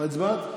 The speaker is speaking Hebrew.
מה הצבעת?